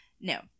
No